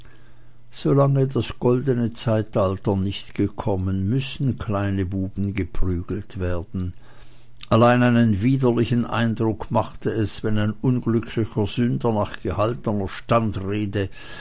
solange das goldene zeitalter nicht gekommen müssen kleine buben geprügelt werden allein einen widerlichen eindruck machte es wenn ein unglücklicher sünder nach gehaltener